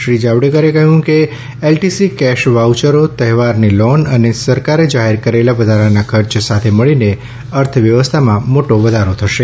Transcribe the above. શ્રી જાવડેકરે કહ્યું કે એલટીસી કેશ વાઉચરો તહેવારની લોન અને સરકારે જાહેર કરેલા વધારાના ખર્ચ સાથે મળીને અર્થવ્યવસ્થામાં મોટો વધારો થશે